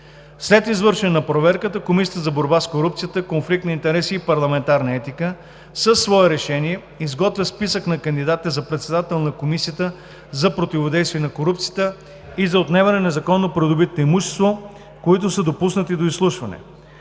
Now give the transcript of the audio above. След извършване на проверката Комисията за борба с корупцията, конфликт на интереси и парламентарна етика със свое решение изготвя списък на кандидатите за председател на Комисията за противодействие на корупцията и за отнемане на незаконно придобитото имущество, които са допуснати до изслушване.